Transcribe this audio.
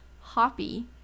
hoppy